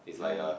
it's like a